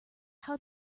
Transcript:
how